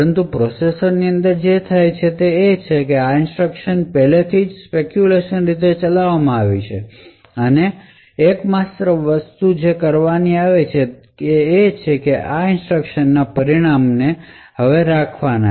પરંતુ પ્રોસેસર ની અંદર જે થાય છે તે એ છે કે આ ઇન્સટ્રકશન પહેલાથી જ સ્પેકયુલેશન રીતે ચલાવવામાં આવી છે અને એકમાત્ર વસ્તુ જે કરવાનું છે તે છે કે આ ઇન્સટ્રકશન નાં પરિણામો રાખવાના છે